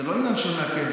זה לא עניין של מעכב,